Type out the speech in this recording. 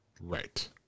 Right